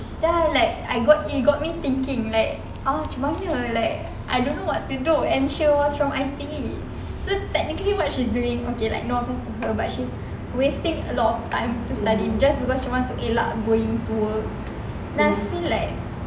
then I'm like I got it got me thinking like macam mana like I don't know what to do to and she was from I_T_E so technically what she's doing okay like no offence to her but she's wasting a lot of time to study just because she want to elak going to work then I feel like